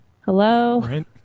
Hello